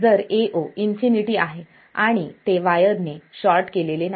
जर Ao infinity आहे आणि ते वायर ने शॉर्ट केलेले नाही